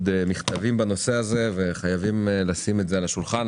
מכתבים בנושא הזה שחייבים לשים על השולחן.